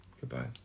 goodbye